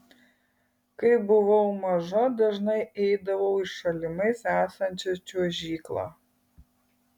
kai buvau maža dažnai eidavau į šalimais esančią čiuožyklą